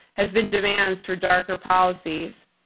has been demands for darker policies.